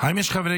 האם יש חברי